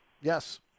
yes